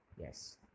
Yes